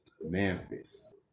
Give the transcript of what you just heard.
Memphis